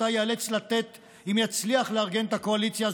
שאותה ייאלץ לתת אם יצליח לארגן את הקואליציה,